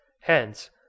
Hence